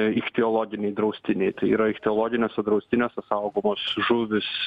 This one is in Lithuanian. ichtiologiniai draustiniai tai yra ichtiologiniuose draustiniuose saugomos žuvys